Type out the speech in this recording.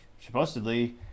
supposedly